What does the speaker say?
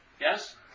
Yes